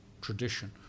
tradition